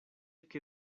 que